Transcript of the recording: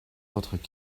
votre